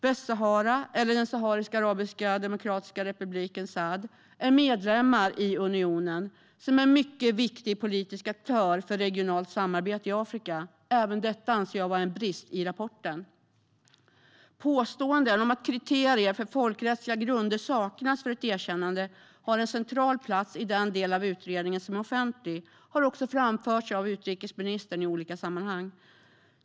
Västsahara - eller Sahariska arabiska demokratiska republiken, SADR - är medlem i unionen, som är en mycket viktig politisk aktör för regionalt samarbete i Afrika. Även detta anser jag vara en brist i rapporten. Påståenden om att kriterier för folkrättsliga grunder saknas för ett erkännande har en central plats i den del av utredningen som är offentlig och har även framförts av utrikesministern i olika sammanhang.